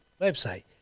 website